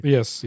Yes